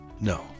No